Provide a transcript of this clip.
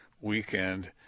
weekend